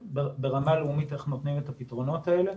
ברמה לאומית איך נותנים את הפתרונות האלה,